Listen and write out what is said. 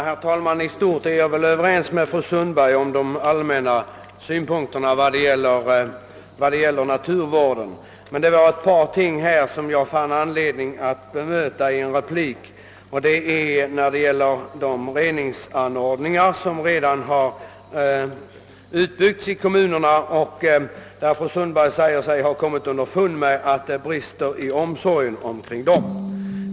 Herr talman! I stort kan jag instämma i fru Sundbergs allmänna synpunkter när det gäller naturvården, men det var ett par ting i hennes anförande som jag fann anledning att bemöta i en replik, och det gäller de reningsanordningar som redan har byggts i kommunerna. Fru Sundberg sade sig ha kom mit underfund med att det brister i omsorgen om dem.